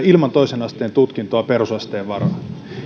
ilman toisen asteen tutkintoa perusasteen varaan